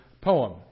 poem